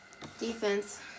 defense